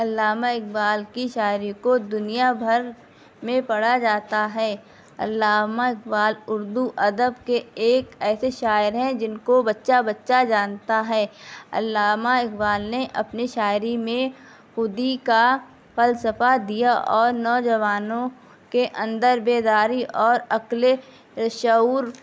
علامہ اقبال کی شاعری کو دنیا بھر میں پڑھا جاتا ہے علامہ اقبال اردو ادب کے ایک ایسے شاعر ہیں جن کو بچہ بچہ جانتا ہے علامہ اقبال نے اپنی شاعری میں خودی کا فلسفہ دیا اور نوجوانوں کے اندر بیداری اور عقل شعور